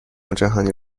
حذفی